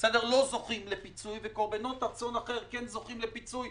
לא זוכים לפיצוי וקורבנות אסון אחר זוכים לפיצוי